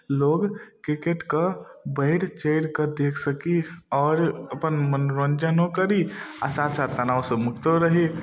लोक किरकेटके बढ़ि चढ़िकऽ देखि सकी आओर अपन मनोरञ्जनो करी आओर साथ साथ तनावसँ मुक्तो रही